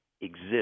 exist